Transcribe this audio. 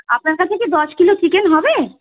আপনার কাছে কি দশ কিলো চিকেন হবে